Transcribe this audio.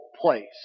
place